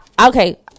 Okay